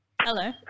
Hello